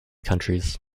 countries